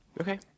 okay